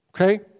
okay